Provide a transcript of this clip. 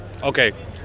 Okay